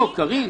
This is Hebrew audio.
קארין.